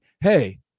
hey